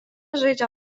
žaidžia